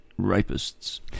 rapists